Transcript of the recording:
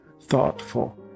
thoughtful